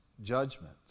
judgment